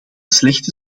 slechte